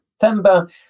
September